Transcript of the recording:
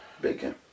Bacon